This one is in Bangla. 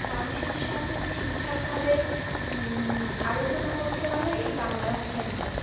মানুষের সাথে ঠিক ঠাকভাবে আলোচনা করতে হবে এই বাংলা ভাষা নিয়ে